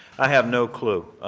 i have no clue.